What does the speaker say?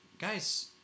guys